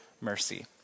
mercy